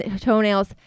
toenails